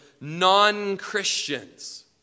non-Christians